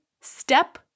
step